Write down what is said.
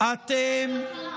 זה לא נכון,